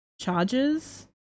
charges